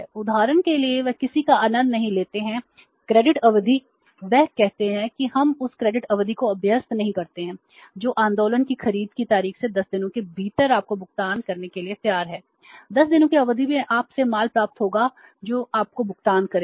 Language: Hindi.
उदाहरण के लिए वे किसी का आनंद नहीं लेते हैं क्रेडिट अवधि वे कहते हैं कि हम उस क्रेडिट अवधि को अभ्यस्त नहीं करते हैं जो आंदोलन की खरीद की तारीख से 10 दिनों के भीतर आपको भुगतान करने के लिए तैयार हैं 10 दिनों की अवधि में आप से माल प्राप्त होता है जो आपको भुगतान करेगा